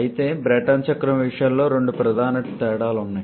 అయితే బ్రేటన్ చక్రం విషయంలో రెండు ప్రధాన తేడాలు ఉన్నాయి